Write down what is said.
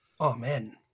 Amen